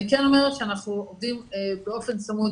אני כן אומרת שאנחנו עובדים באופן צמוד,